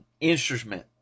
instrument